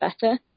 better